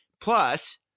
Plus